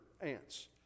ants